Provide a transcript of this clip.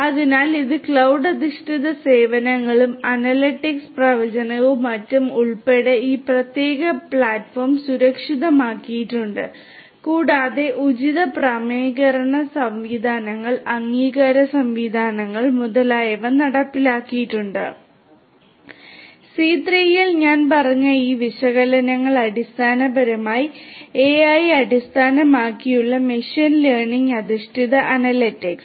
അതിനാൽ ഇത് ക്ലൌഡ് അധിഷ്ഠിത സേവനങ്ങളും അനലിറ്റിക്സ് പ്രവചനവും മറ്റും ഉൾപ്പെടെ ഈ പ്രത്യേക പ്ലാറ്റ്ഫോം സുരക്ഷിതമാക്കിയിട്ടുണ്ട് കൂടാതെ ഉചിതമായ പ്രാമാണീകരണ സംവിധാനങ്ങൾ അംഗീകാര സംവിധാനങ്ങൾ മുതലായവ നടപ്പാക്കിയിട്ടുണ്ട് സി 3 ൽ ഞാൻ പറഞ്ഞ ഈ വിശകലനങ്ങൾ അടിസ്ഥാനപരമായി AI അടിസ്ഥാനമാക്കിയുള്ള മെഷീൻ ലേണിംഗ് അധിഷ്ഠിത അനലിറ്റിക്സ്